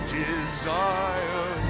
desire